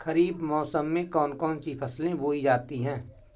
खरीफ मौसम में कौन कौन सी फसलें बोई जाती हैं?